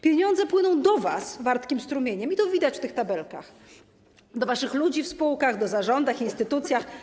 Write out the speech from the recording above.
Pieniądze płyną do was wartkim strumieniem, i to widać w tych tabelkach, do waszych ludzi w spółkach, w zarządach, instytucjach.